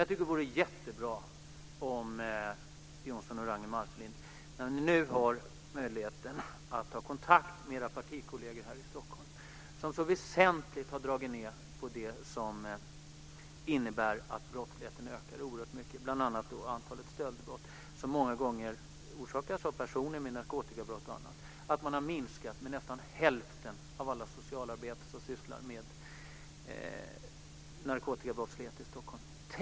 Jag tycker att det vore jättebra om Johnsson och Ragnwi Marcelind tog kontakt med sina partikolleger här i Stockholm, som har dragit ned så väsentligt och på ett sätt som innebär att brottsligheten ökar oerhört mycket. Det gäller bl.a. stöldbrott, som många gånger begås av personer med narkotikaberoende. Man har dragit ned antalet socialarbetare som sysslar med narkotikabrottslighet i Stockholm till nästan hälften.